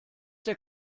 der